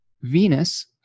venus